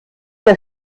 der